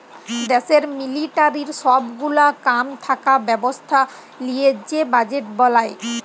দ্যাশের মিলিটারির সব গুলা কাম থাকা ব্যবস্থা লিয়ে যে বাজেট বলায়